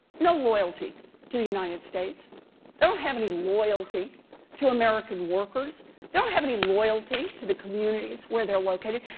no loyalty to the united states. they don't have any loyalty to american workers. they don't have any loyalty to the communities where they're located.